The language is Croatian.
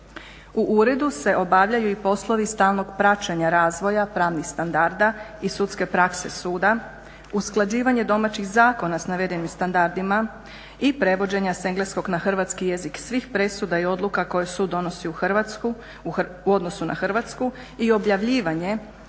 U uredu se obavljaju i poslovi stalnog praćenja razvoja pravnih standarda i sudske prakse suda, usklađivanje domaćih zakona s navedenim standardima i prevođenja s engleskog na hrvatski jezik svih presuda i odluka koje sud donosi u Hrvatsku u odnosu na Hrvatsku i objavljivanje